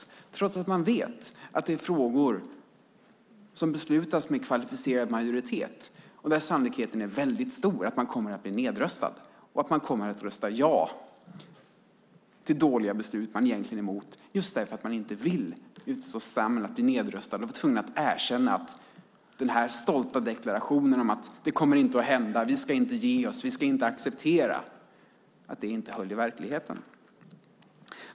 Det gör man trots att man vet att det är frågor som beslutas med kvalificerad majoritet och där sannolikheten är väldigt stor att man kommer att bli nedröstad och rösta ja till dåliga beslut man egentligen är emot just därför att man inte vill utstå skammen att bli nedröstad och bli tvungen att erkänna att den stolta deklarationen om att man inte kommer att ge sig inte höll i verkligheten.